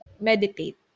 meditate